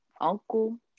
Uncle